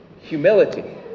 humility